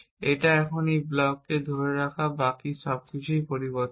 এটা এখন এই ব্লক কে ধরে রাখা বাকি সব কিছুরই পরিবর্তন